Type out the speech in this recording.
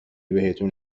بهتون